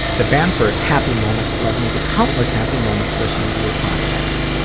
the bamford happy moment led me to countless happy moments listening to your podcast,